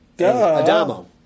Adamo